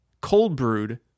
cold-brewed